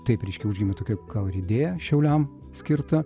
taip reiškia užgimė tokia idėja šiauliam skirta